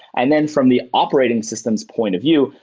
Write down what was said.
and then from the operating system's point of view,